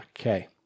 Okay